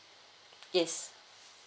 yes